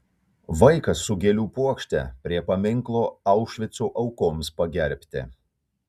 vaikas su gėlių puokšte prie paminklo aušvico aukoms pagerbti